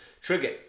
trigger